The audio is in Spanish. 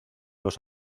los